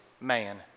man